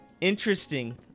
Interesting